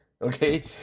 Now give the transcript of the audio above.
Okay